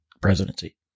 presidency